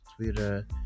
Twitter